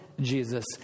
Jesus